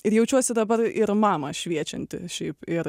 ir jaučiuosi dabar ir mamą šviečianti šiaip ir